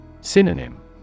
Synonym